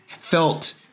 felt